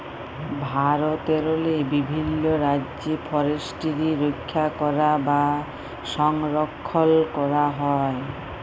ভারতেরলে বিভিল্ল রাজ্যে ফরেসটিরি রখ্যা ক্যরা বা সংরখ্খল ক্যরা হয়